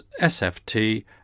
sft